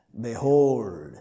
Behold